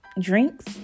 drinks